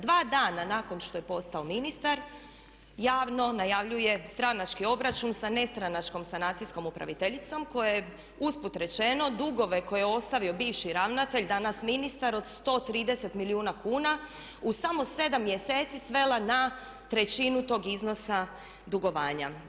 Dva dana nakon što je postao ministar javno najavljuje stranački obračun sa nestranačkom sanacijskom upraviteljicom koja je usput rečeno dugove koje je ostavio bivši ravnatelj, danas ministar od 130 milijuna kuna u samo 7 mjeseci svela na trećinu tog iznosa dugovanja.